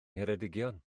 ngheredigion